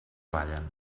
ballen